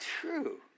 true